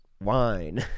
wine